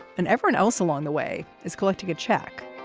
and everyone else along the way is collecting a check.